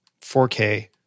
4K